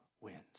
wins